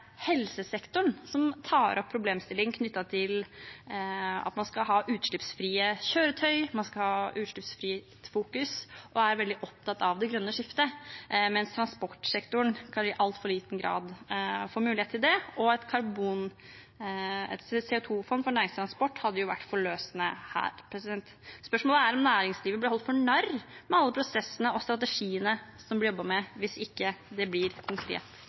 helsesektoren som tar opp problemstillinger knyttet til at man skal ha utslippsfrie kjøretøy og utslippsfritt fokus, og som er veldig opptatt av det grønne skiftet, mens transportsektoren i altfor liten grad får mulighet til det. Et CO 2 -fond for næringstransport hadde vært forløsende her. Spørsmålet er om næringslivet blir holdt for narr med alle prosessene og strategiene det jobbes med, hvis det ikke blir konkret